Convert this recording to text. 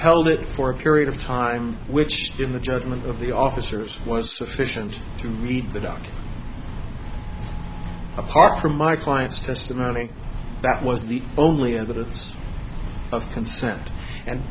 held it for a period of time which in the judgment of the officers was sufficient to read the docket apart from my client's testimony that was the only evidence of consent and